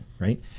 right